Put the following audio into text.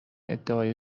ادعای